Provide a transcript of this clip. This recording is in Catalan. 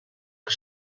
que